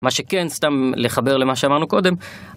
מה שכן סתם לחבר למה שאמרנו קודם.